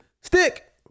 Stick